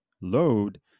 Load